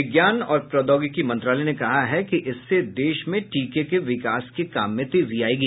विज्ञान और प्रौद्योगिकी मंत्रालय ने कहा है कि इससे देश में टीके के विकास के काम में तेजी आयेगी